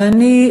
ואני,